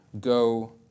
go